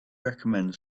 recommend